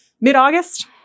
Mid-August